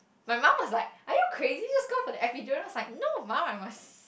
my mum was like are you crazy just go for the epidural and I was like no mum I must